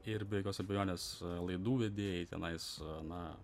ir be jokios abejonės laidų vedėjai tenais na